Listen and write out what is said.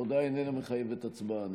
אני